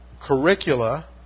curricula